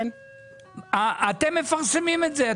אתם מפרסמים את זה.